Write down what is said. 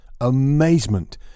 Amazement